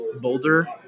Boulder